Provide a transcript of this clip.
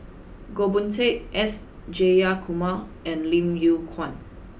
Goh Boon Teck S Jayakumar and Lim Yew Kuan